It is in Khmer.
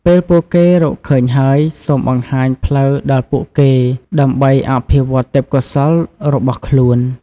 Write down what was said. ពេលពួកគេរកឃើញហើយ សូមបង្ហាញផ្លូវដល់ពួកគេដើម្បីអភិវឌ្ឍទេពកោសល្យរបស់ខ្លួន។